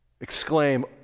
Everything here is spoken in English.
exclaim